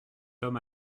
homme